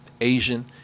asian